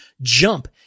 jump